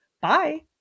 Bye